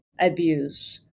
abuse